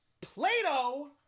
Plato